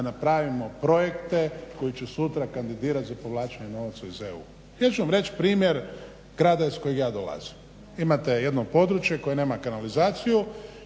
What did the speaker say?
napravimo projekte koji će sutra kandidirati za povlačenje novaca iz EU. Ja ću vam reći primjer grada iz kojeg ja dolazim. Imate jedno područje koje nema kanalizaciju